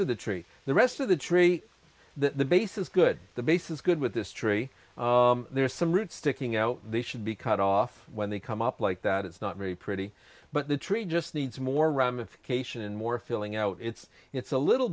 of the tree the rest of the tree the base is good the base is good with this tree there's some roots sticking out they should be cut off when they come up like that it's not very pretty but the tree just needs more ramification and more filling out it's it's a little